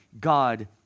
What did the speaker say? God